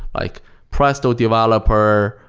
like presto developer,